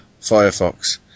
Firefox